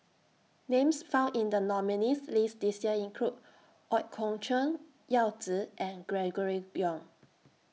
Names found in The nominees' list This Year include Ooi Kok Chuen Yao Zi and Gregory Yong